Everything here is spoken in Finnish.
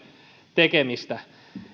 tekemistä